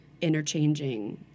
interchanging